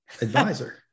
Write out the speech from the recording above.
advisor